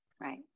Right